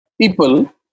people